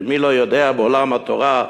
ומי לא יודע בעולם התורה,